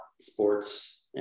sports